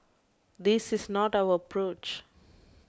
this is not our approach